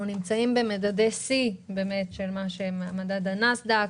אנחנו נמצאים במדדי שיא של מדד הנאסד"ק,